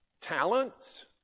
talents